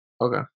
Okay